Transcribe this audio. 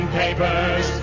papers